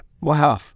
Wow